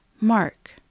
Mark